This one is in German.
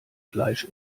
fleisch